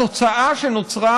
התוצאה שנוצרה,